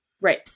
right